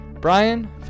Brian